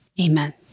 Amen